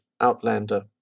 Outlander